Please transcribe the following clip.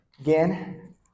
again